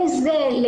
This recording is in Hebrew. על